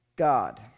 God